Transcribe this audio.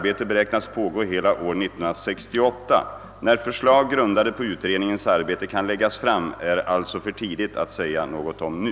beräknas pågå hela år 1968. När förslag grundade på utredningens arbete kan läggas fram är det alltså för tidigt att säga något om nu.